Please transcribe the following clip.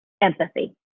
empathy